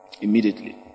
immediately